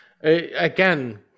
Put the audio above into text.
again